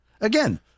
Again